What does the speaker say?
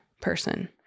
person